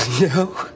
No